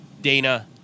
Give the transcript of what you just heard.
Dana